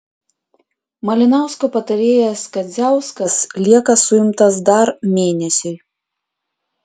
malinausko patarėjas kadziauskas lieka suimtas dar mėnesiui